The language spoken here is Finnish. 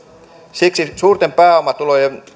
siksi suurten pääomatulojen